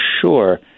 Sure